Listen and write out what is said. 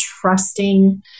trusting